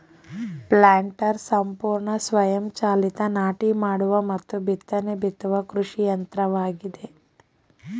planters ಸಂಪೂರ್ಣ ಸ್ವಯಂ ಚಾಲಿತ ನಾಟಿ ಮಾಡುವ ಮತ್ತು ಬಿತ್ತನೆ ಬಿತ್ತುವ ಕೃಷಿ ಯಂತ್ರವಾಗಿದೆ